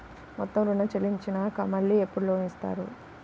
మొత్తం ఋణం చెల్లించినాక మళ్ళీ ఎప్పుడు లోన్ ఇస్తారు?